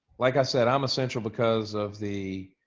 like i said, i'm a central because of the,